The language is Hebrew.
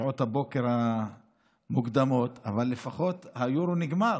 שעות הבוקר המוקדמות, אבל לפחות היורו נגמר.